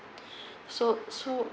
so so